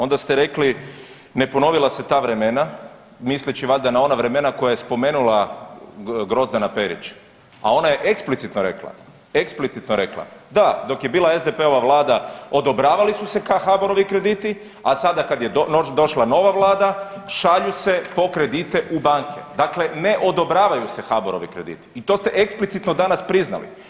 Onda ste rekli ne ponovila se ta vremena misleći valjda na ona vremena koja je spomenula Grozdana Perić, a ona je eksplicitno rekla, eksplicitno rekla, da dok je bila SDP-ova vlada odobravali su se ka HBOR-ovi krediti, a sada kad je došla nova vlada šalju se po kredite u banke, dakle ne odobravaju se HBOR-ovi krediti i to ste eksplicitno danas priznali.